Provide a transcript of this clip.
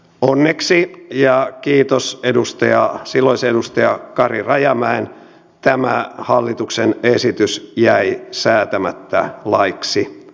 onneksi ja kiitos silloisen edustaja kari rajamäen tämä hallituksen esitys jäi säätämättä laiksi